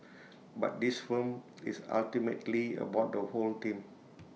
but this film is ultimately about the whole team